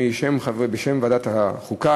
בשם ועדת החוקה,